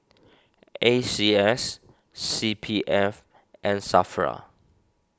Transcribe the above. A C S C P F and Safra